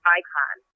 icon